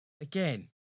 Again